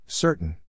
Certain